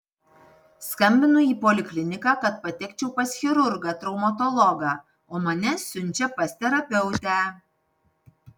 skambinu į polikliniką kad patekčiau pas chirurgą traumatologą o mane siunčia pas terapeutę